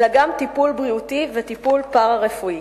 אלא גם טיפול בריאותי וטיפול פארה-רפואי.